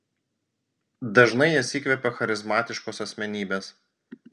dažnai jas įkvepia charizmatiškos asmenybės